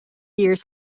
years